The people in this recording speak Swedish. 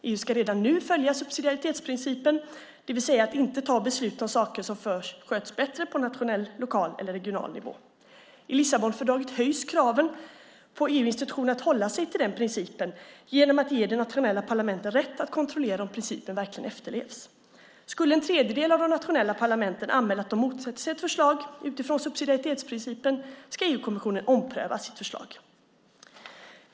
EU ska redan nu följa subsidiaritetsprincipen, det vill säga inte ta beslut om saker som sköts bättre på nationell, lokal eller regional nivå. I Lissabonfördraget höjs kraven på EU-institutionerna att hålla sig till den principen genom att ge de nationella parlamenten rätt att kontrollera om principen verkligen efterlevs. Skulle en tredjedel av de nationella parlamenten anmäla att de motsätter sig ett förslag utifrån subsidiaritetsprincipen ska EU-kommissionen ompröva sitt förslag.